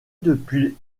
depuis